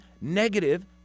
negative